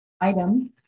item